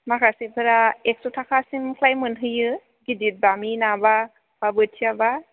माखासेफोरा एखस' थाखासिमख्लाय मोनहैयो गिदिर बामि नाबा बा बोथियाबा